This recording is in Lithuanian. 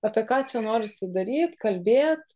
apie ką čia norisi daryt kalbėt